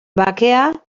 bakea